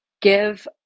give